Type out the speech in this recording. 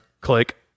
Click